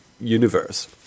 universe